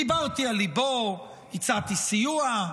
דיברתי על ליבו, הצעתי סיוע,